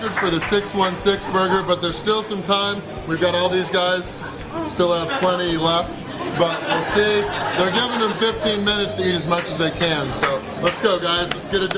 for the six one six burger but there's still some time we've got all these guys still have plenty left but i and see they're giving them fifteen minutes a as much as they can so let's go guys let's